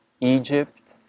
Egypt